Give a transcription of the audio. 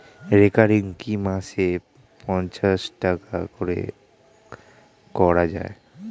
Recurring কি মাসে পাঁচশ টাকা করে করা যায়?